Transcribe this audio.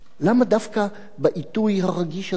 למה דווקא בעיתוי הרגיש הזה?